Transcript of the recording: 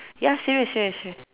ya serious serious serious